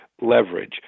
leverage